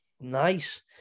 Nice